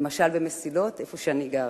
למשל במסילות, שם אני גרה.